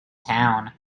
town